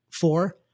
Four